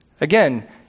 Again